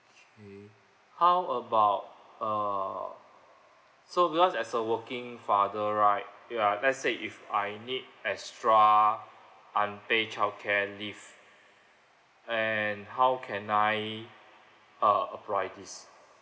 okay how about uh so because as a working father right ya let's say if I need extra unpaid childcare leave and how can I uh apply this